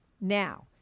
now